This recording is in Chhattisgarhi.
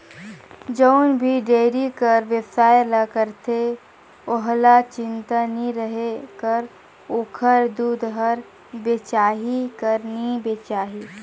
जउन भी डेयरी कर बेवसाय ल करथे ओहला चिंता नी रहें कर ओखर दूद हर बेचाही कर नी बेचाही